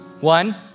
One